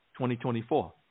2024